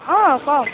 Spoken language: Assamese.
অঁ কওক